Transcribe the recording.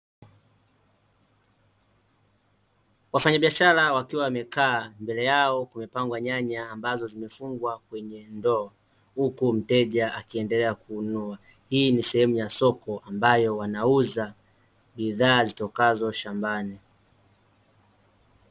Wafanyabiashara wakiwa wamekaa, mbele yao kumepangwa nyanya ambazo zimefungwa kwenye ndoo huku mteja akiendelea kununua. Hii ni sehemu ya soko ambayo wanauza bidhaa zitokazo shambani.